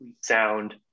sound